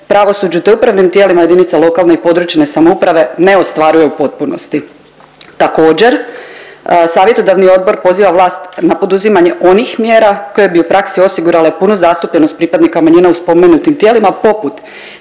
pravosuđu, te upravnim tijelima JLPS ne ostvaruju u potpunosti. Također Savjetodavni odbor poziva vlast na poduzimanje onih mjera koje bi u praksi osigurale punu zastupljenost pripadnika manjina u spomenutim tijelima poput